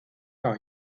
par